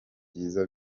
byiza